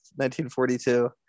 1942